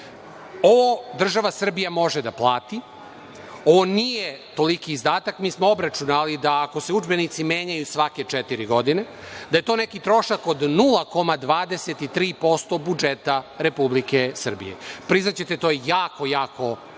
Ovo država Srbija može da plati, ovo nije toliki izdatak. Mi smo obračunali da ako se udžbenici menjaju svake četiri godine, da je to neki trošak od 0,23% budžeta Republike Srbije. Priznaćete, to je jako, jako mali